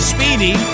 Speedy